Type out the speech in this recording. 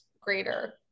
greater